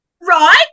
right